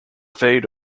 faded